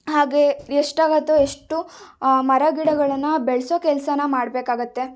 ಹಾಗೇ ಎಷ್ಟಾಗತ್ತೋ ಅಷ್ಟು ಮರಗಿಡಗಳನ್ನು ಬೆಳೆಸೋ ಕೆಲಸಾನ ಮಾಡಬೇಕಾಗತ್ತೆ